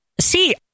see